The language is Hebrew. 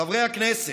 חברי הכנסת,